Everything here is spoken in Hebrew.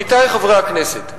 עמיתי חברי הכנסת,